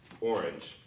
orange